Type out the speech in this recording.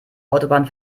autobahn